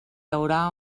haurà